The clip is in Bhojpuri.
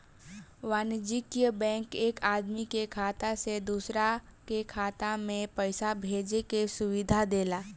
वाणिज्यिक बैंक एक आदमी के खाता से दूसरा के खाता में पईसा भेजे के सुविधा देला